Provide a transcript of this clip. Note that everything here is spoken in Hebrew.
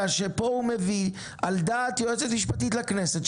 שפה הוא מביא על דעת היועצת המשפטית לכנסת,